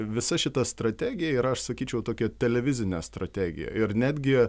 visa šita strategija ir aš sakyčiau tokia televizinė strategija ir netgi